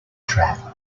trap